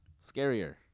scarier